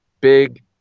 big